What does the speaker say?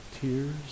tears